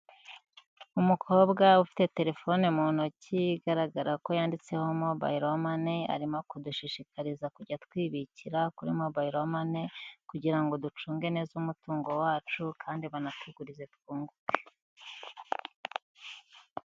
Umukobwa ufite telefone mu ntoki igaragara ko yanditseho mobiyiro mane, arimo kudushishikariza kujya twibikira kuri mobiyiro mane, kugira ngo ducunge neza umutungo wacu kandi banatugurize twunguke.